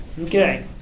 Okay